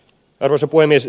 arvoisa puhemies